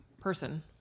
person